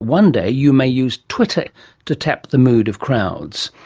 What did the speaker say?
one day you may use twitter to tap the mood of crowds.